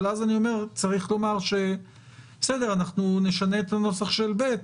אבל אז צריך לומר שנשנה את הנוסח של ב'